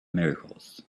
miracles